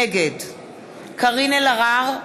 נגד קארין אלהרר,